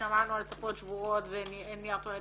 ששמענו על ספות שבורות ואין נייר טואלט